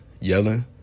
yelling